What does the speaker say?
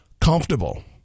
comfortable